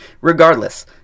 regardless